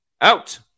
Out